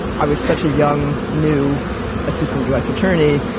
i was such a young, new assistant us attorney.